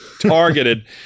targeted